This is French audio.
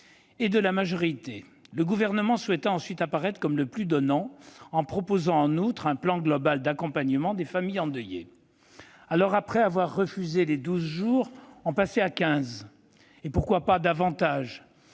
et de la majorité. Le Gouvernement a ensuite souhaité apparaître comme le plus donnant, en proposant notamment un plan global d'accompagnement des familles endeuillées. Alors, après avoir refusé les douze jours, on passait à quinze ... Et pourquoi pas davantage ?